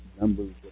numbers